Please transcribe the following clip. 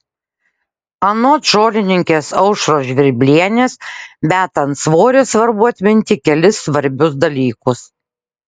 anot žolininkės aušros žvirblienės metant svorį svarbu atminti kelis svarbius dalykus